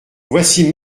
voici